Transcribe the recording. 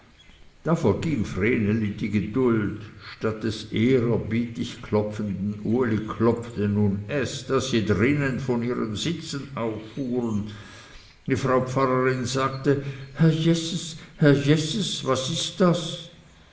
da verging vreneli die geduld statt des ehrerbietig klopfenden uli klopfte nun es daß sie drinnen von ihren sitzen auffuhren die frau pfarrerin sagte herr jeses herr jeses was ist das